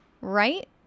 right